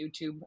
YouTube